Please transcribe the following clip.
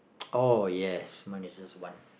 oh yes mine is just one